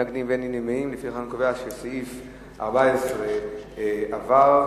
לפיכך אני קובע שההסתייגות לסעיף 14 לא התקבלה.